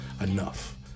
enough